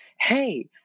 hey